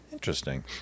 Interesting